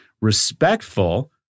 respectful